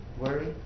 worry